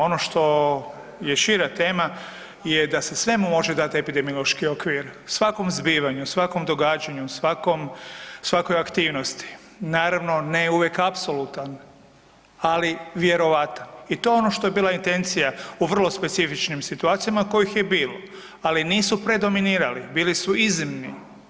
Ono što je šira tema je da se svemu može dati epidemiološki okvir, svakom zbivanju, svakom događanju, svakom, svakoj aktivnosti naravno ne uvijek apsolutan, ali vjerojatan i to je ono što je bila intencija u vrlo specifičnim situacijama kojih je bilo, ali nisu predominirali, bili su iznimni.